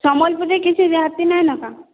ସମ୍ବଲପୁରିରେ କିଛି ରିହାତି ନାହିଁ ନା କଣ